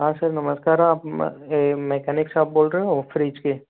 हाँ सर नमस्कार आप मैकेनिक्स साब बोल रहे हो फ्रिज के